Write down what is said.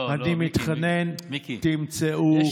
אני מתחנן שתמצאו את הדרך.